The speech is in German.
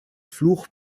fluch